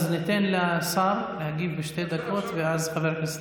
אז ניתן לשר להגיב בשתי דקות, ואז חבר הכנסת